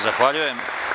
Zahvaljujem.